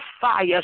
fire